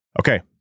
Okay